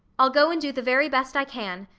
i'll go and do the very best i can,